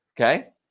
Okay